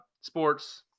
sports